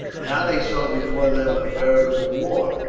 now they saw before them a veritable war,